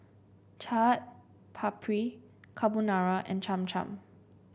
Chaat Papri Carbonara and Cham Cham